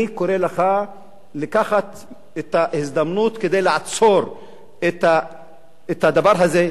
אני קורא לך לקחת את ההזדמנות כדי לעצור את הדבר הזה.